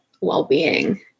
well-being